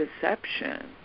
deception